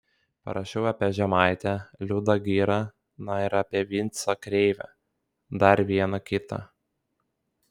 parašiau apie žemaitę liudą girą na ir apie vincą krėvę dar vieną kitą